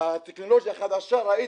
בטכנולוגיה החדשה ראיתם,